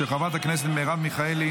של חברת הכנסת מרב מיכאלי,